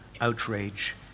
outrage